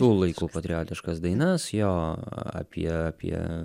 tų laikų patriotiškas dainas jo apie apie